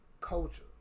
Culture